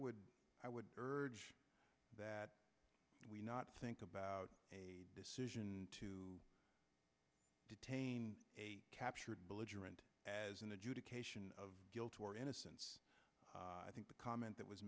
would i would urge that we not think about a decision to detain a captured belligerent as an adjudication of guilt or innocence i think the comment that was